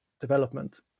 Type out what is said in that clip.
development